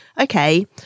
okay